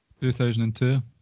2002